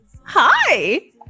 Hi